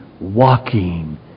walking